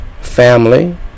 family